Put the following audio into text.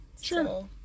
Sure